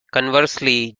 conversely